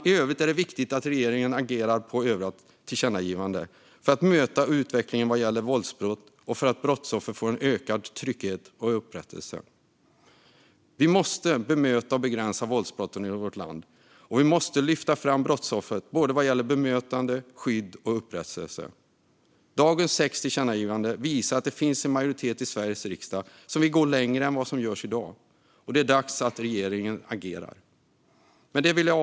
I övrigt är det viktigt att regeringen agerar på övriga tillkännagivanden, för att möta utvecklingen vad gäller våldsbrott och för att brottsoffer ska få ökad trygghet och upprättelse. Vi måste bemöta och begränsa våldsbrotten i vårt land. Och vi måste lyfta fram brottsoffret vad gäller såväl bemötande som skydd och upprättelse. De sex tillkännagivanden som vi debatterar i dag visar att en majoritet i Sveriges riksdag vill gå längre än vad som görs i dag. Det är dags att regeringen agerar.